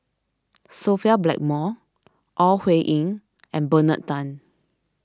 Sophia Blackmore Ore Huiying and Bernard Tan